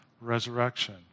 resurrection